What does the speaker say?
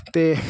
ਅਤੇ